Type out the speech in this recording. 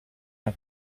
nom